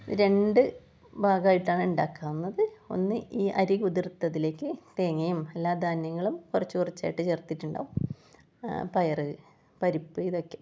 ഇത് രണ്ട് ഭാഗായിട്ടാണ് ഉണ്ടാക്കാവുന്നത് ഒന്ന് ഈ അരി കുതിർത്തതിലേക്ക് തേങ്ങയും എല്ലാ ധാന്യങ്ങളും കുറച്ച് കുറച്ചായിട്ട് ചേർത്തിട്ടുണ്ടാകും ആ പയറ് പരിപ്പ് ഇതൊക്കെ